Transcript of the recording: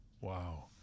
wow